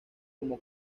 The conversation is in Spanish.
como